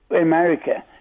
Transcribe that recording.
America